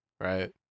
right